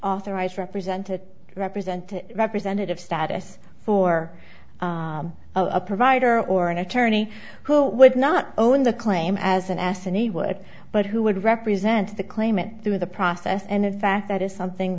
authorize represented represented representative status for a provider or an attorney who would not own the claim as an ass and he would but who would represent the claimant through the process and in fact that is something